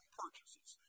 purchases